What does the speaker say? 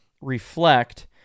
reflect